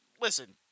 Listen